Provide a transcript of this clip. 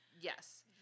yes